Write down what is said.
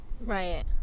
Right